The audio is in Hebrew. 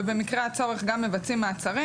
ובמקרה הצורך גם מבצעים מעצרים